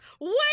wait